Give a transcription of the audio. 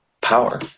power